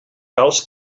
calç